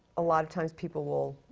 a lot of times people will,